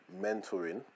mentoring